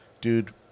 dude